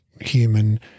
human